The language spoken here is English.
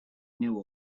knew